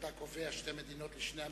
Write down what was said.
שאתה קובע שתי מדינות לשני עמים,